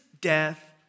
death